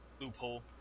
loophole